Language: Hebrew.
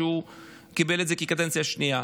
הוא קיבל את זה כקדנציה שנייה.